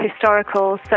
historical